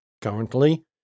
Currently